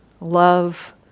love